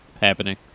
happening